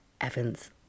Evans